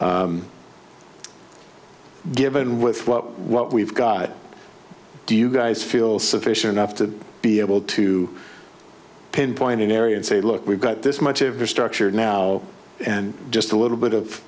given with what what we've got do you guys feel sufficient enough to be able to pinpoint an area and say look we've got this much of a structure now and just a little bit of